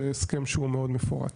זה הסכם שהוא מאוד מפורט.